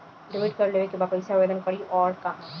Debit card लेवे के बा कइसे आवेदन करी अउर कहाँ?